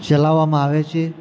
ચલાવવામાં આવે છે